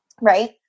right